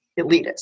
elitist